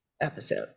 episode